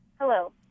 Hello